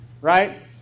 right